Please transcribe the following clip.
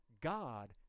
God